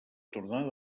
tornada